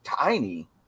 tiny